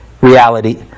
reality